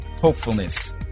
hopefulness